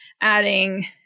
adding